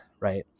right